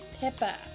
Pippa